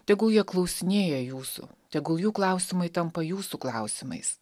tegul jie klausinėja jūsų tegul jų klausimai tampa jūsų klausimais